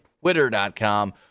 Twitter.com